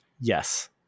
Yes